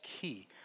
key